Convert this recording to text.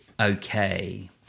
Okay